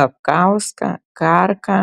babkauską karką